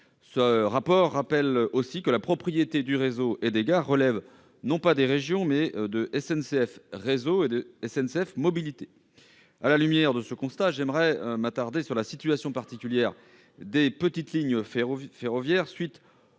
ce rapport rappellent aussi que la propriété du réseau et des gares relève non pas des régions, mais bien de SNCF Réseau et de SNCF Mobilités. Cela dit, j'aimerais m'attarder sur la situation particulière des petites lignes ferroviaires, qui